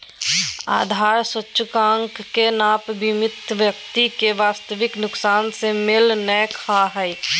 आधार सूचकांक के नाप बीमित व्यक्ति के वास्तविक नुकसान से मेल नय खा हइ